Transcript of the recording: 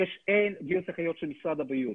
יש גיוס אחיות של משרד הבריאות,